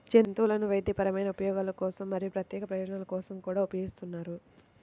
జంతువులను వైద్యపరమైన ఉపయోగాల కోసం మరియు ప్రత్యేక ప్రయోజనాల కోసం కూడా ఉపయోగిస్తారు